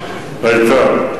סליחה, היתה לך בלורית, אני זוכר.